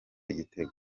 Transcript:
igitego